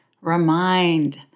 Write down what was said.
remind